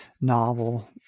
novel